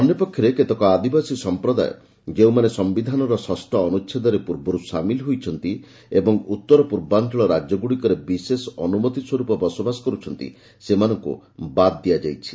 ଅନ୍ୟପକ୍ଷରେ କେତେକ ଆଦିବାସୀ ସମ୍ପ୍ରଦାୟ ଯେଉଁମାନେ ସିୟିଧାନର ଷଷ୍ଠ ଅନୁଚ୍ଛେଦରେ ପୂର୍ବରୁ ସାମିଲ୍ ହୋଇଛନ୍ତି ଏବଂ ଉତ୍ତର ପୂର୍ବାଞ୍ଚଳ ରାଜ୍ୟଗ୍ରଡ଼ିକରେ ବିଶେଷ ଅନ୍ଦ୍ରମତିସ୍ୱର୍ପ ବସବାସ କର୍ରଛନ୍ତି ସେମାନଙ୍କ ବାଦ୍ ଦିଆଯାଇଛି